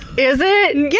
is it? and yeah